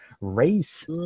race